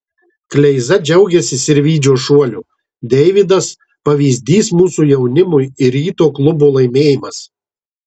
kleiza džiaugiasi sirvydžio šuoliu deividas pavyzdys mūsų jaunimui ir ryto klubo laimėjimas